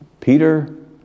Peter